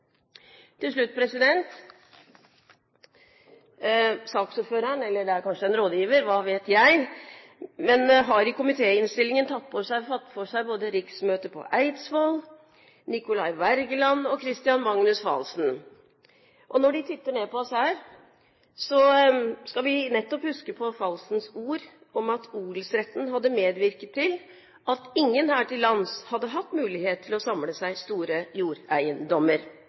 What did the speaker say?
Til slutt: Saksordføreren – eller det er kanskje en rådgiver, hva vet jeg – har i komitéinnstillingen tatt for seg både riksmøtet på Eidsvoll, Nicolai Wergeland og Christian Magnus Falsen. Når de titter ned på oss her, skal vi nettopp huske på Falsens ord om at odelsretten hadde medvirket til at ingen her til lands hadde hatt mulighet til å samle seg store jordeiendommer.